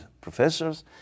professors